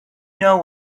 know